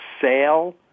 sale